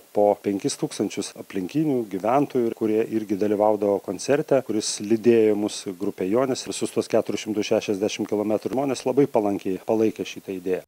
po penkis tūkstančius aplinkinių gyventojų ir kurie irgi dalyvaudavo koncerte kuris lydėjo mus grupė jonis ir visus tuos keturis šimtus šešiasdešim kilometrų žmonės labai palankiai palaikė šitą idėją